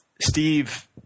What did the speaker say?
Steve